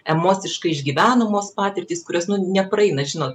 emociškai išgyvenamos patirtys kurios nu nepraeina žinot